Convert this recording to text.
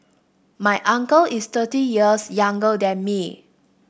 my uncle is thirty years younger than me